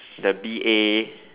the B_A